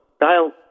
dial